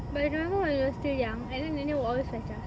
but I remember when I was still young and then nenek will always fetch us